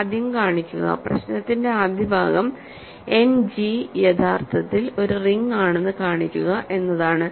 ആദ്യം കാണിക്കുക പ്രശ്നത്തിന്റെ ആദ്യ ഭാഗം എൻഡ് ജി യഥാർത്ഥത്തിൽ ഒരു റിംഗ് ആണെന്ന് കാണിക്കുക എന്നതാണ്